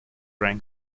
rank